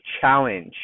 challenge